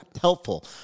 helpful